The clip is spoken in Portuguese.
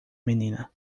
menina